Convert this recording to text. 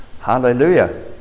Hallelujah